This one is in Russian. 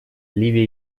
ливия